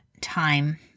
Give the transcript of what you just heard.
time